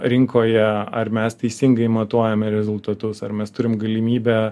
rinkoje ar mes teisingai matuojame rezultatus ar mes turim galimybę